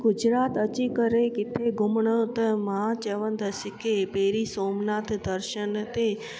गुजरात अची करे किथे घुमिणो त मां चवंदसि की पहिरीं सोमनाथ दर्शन ते